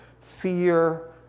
fear